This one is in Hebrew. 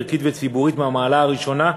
ערכית וציבורית מהמעלה הראשונה,